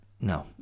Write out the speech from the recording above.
No